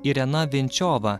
irena vinčiova